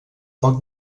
poc